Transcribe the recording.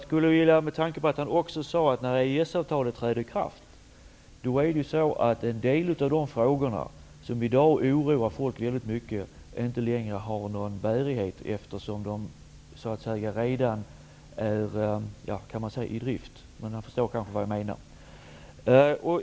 Statsrådet sade också att en del av de frågor som i dag oroar folk väldigt mycket inte längre kommer att ha någon bärighet när EES-avtalet träder i kraft, eftersom dessa frågor då redan är så att säga i drift, om statsrådet förstår vad jag menar.